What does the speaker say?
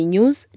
News